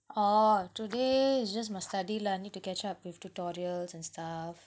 orh today is just my study lah need to catch up with tutorials and stuff